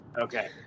Okay